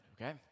okay